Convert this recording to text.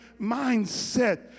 mindset